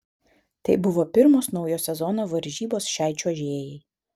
tai buvo pirmos naujo sezono varžybos šiai čiuožėjai